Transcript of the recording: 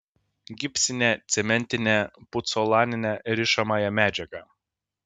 gipsinę cementinę pucolaninę rišamąją medžiagą